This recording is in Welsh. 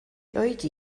oedi